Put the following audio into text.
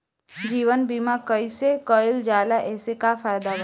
जीवन बीमा कैसे कईल जाला एसे का फायदा बा?